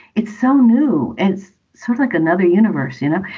it's so new. it's sort of like another universe. you know,